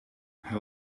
hij